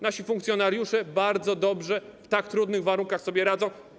Nasi funkcjonariusze bardzo dobrze w tak trudnych warunkach sobie radzą.